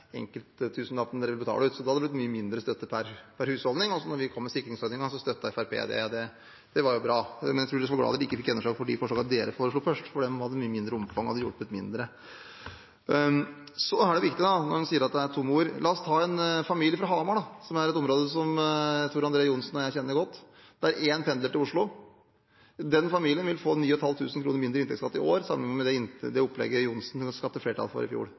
dere ville betale ut, ville det blitt mye mindre støtte per husholdning. Da vi kom med sikringsordningen, støttet Fremskrittspartiet den. Det var jo bra. De skal være glade for at de ikke fikk gjennomslag for de forslagene de foreslo først, for de hadde et mindre omfang og hadde hjulpet mindre. Men så er det viktig å si når han sier at det er tomme ord: La oss ta en familie fra Hamar, som er et område som Tor André Johnsen og jeg kjenner godt, der en pendler til Oslo. Den familien vil få 9 500 kr mindre i inntektsskatt i år, sammenliknet med det opplegget representanten Johnsen skapte flertall for i fjor.